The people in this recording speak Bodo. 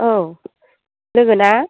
औ लोगो ना